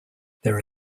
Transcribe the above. there